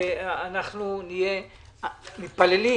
אנחנו מתפללים